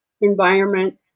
environment